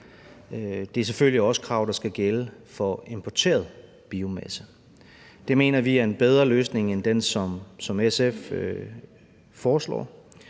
Det er selvfølgelig også krav, der skal gælde for importeret biomasse. Det mener vi er en bedre løsning end den, som SF foreslår.